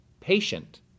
Patient